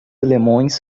limões